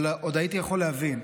אבל עוד הייתי יכול להבין.